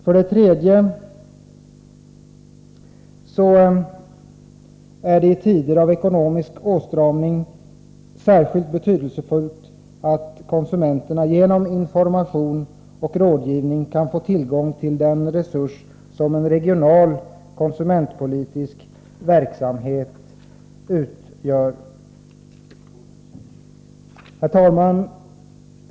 För det tredje är det i tider av ekonomisk åtstramning särskilt betydelsefullt att konsumenterna genom information och rådgivning kan få tillgång till den resurs som en regional konsumentpolitisk verksamhet utgör. Herr talman!